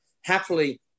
happily